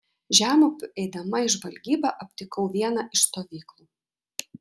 žemupiu eidama į žvalgybą aptikau vieną iš stovyklų